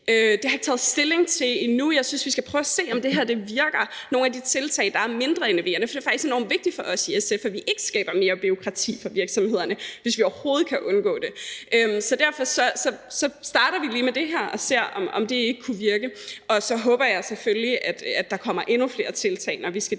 det har jeg ikke taget stilling til endnu. Jeg synes, vi skal prøve at se, om det her virker – altså nogle af de tiltag, der er mindre enerverende, for det er faktisk enormt vigtigt for os i SF, at vi ikke skaber mere bureaukrati for virksomhederne, hvis vi overhovedet kan undgå det. Så derfor starter vi lige med det her og ser, om det ikke kunne virke, og så håber jeg selvfølgelig, at der kommer endnu flere tiltag, når vi skal